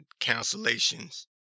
cancellations